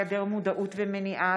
היעדר מודעות ומניעה,